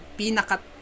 pinakat